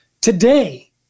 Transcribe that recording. today